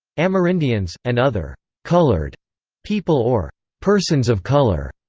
amerindians, and other colored people or persons of color,